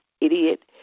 idiot